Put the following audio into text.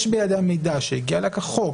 יש בידיה מידע שהגיע אליה כחוק,